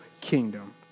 kingdom